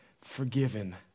forgiven